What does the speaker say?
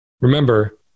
remember